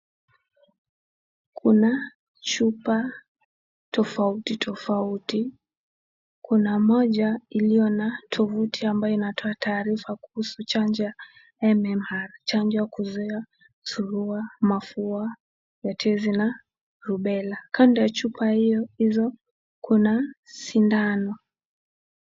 Kuna chupa tofauti tofauti, kuna moja iliyo na tovuti ambayo inayotoa taarifa kuhusu chanjo ya MMR. Chanjo kuzuia surua, mafua, letezi na lubera. Kando ya chupa hiyo hizo kuna sindano.